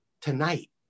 tonight